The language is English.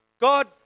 God